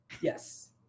Yes